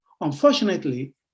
unfortunately